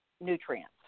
nutrients